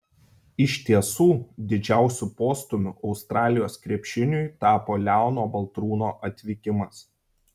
iš tiesų didžiausiu postūmiu australijos krepšiniui tapo leono baltrūno atvykimas